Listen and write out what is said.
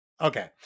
Okay